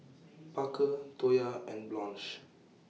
Parker Toya and Blanche